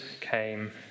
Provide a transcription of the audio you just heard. came